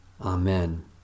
Amen